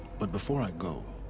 but before i go.